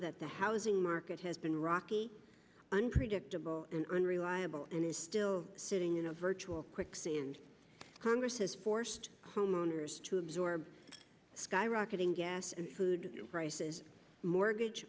that the housing market has been rocky unpredictable and unreliable and is still sitting in a virtual quicksand congress has forced homeowners to absorb skyrocketing gas and food prices mortgage